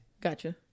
Gotcha